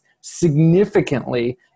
significantly